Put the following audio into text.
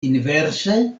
inverse